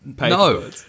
No